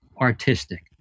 artistic